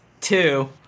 Two